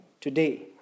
today